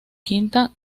quinta